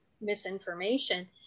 misinformation